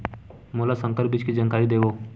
मोला संकर बीज के जानकारी देवो?